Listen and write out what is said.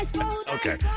Okay